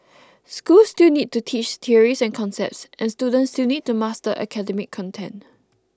schools still need to teach theories and concepts and students still need to master academic content